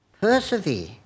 Persevere